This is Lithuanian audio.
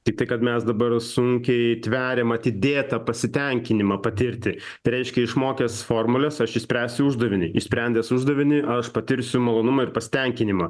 tiktai kad mes dabar sunkiai tveriam atidėtą pasitenkinimą patirti tai reiškia išmokęs formules aš išspręsiu uždavinį išsprendęs uždavinį aš patirsiu malonumą ir pasitenkinimą